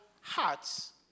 heart's